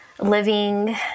living